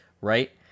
right